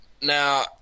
Now